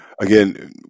again